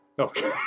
Okay